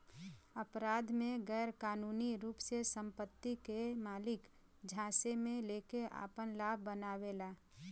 अपराध में गैरकानूनी रूप से संपत्ति के मालिक झांसे में लेके आपन लाभ बनावेला